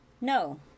No